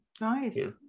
nice